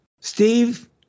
Steve